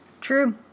True